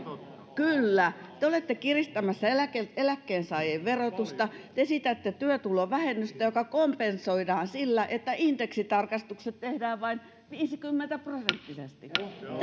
kyllä te olette kiristämässä eläkkeensaajien verotusta te esitätte työtulovähennystä joka kompensoidaan sillä että indeksitarkistukset tehdään vain viisikymmentä prosenttisesti te